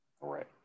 Right